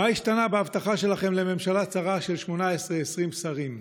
מה השתנה בהבטחה שלכם לממשלה צרה של 18 20 שרים?